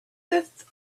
fifth